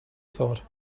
thought